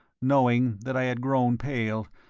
knowing that i had grown pale,